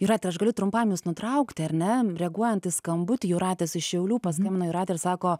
jūrate aš galiu trumpam jus nutraukti ar ne reaguojant į skambutį jūratės iš šiaulių paskambino jūratė ir sako